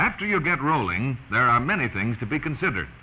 after you get rolling there are many things to be considered